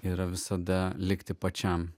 yra visada likti pačiam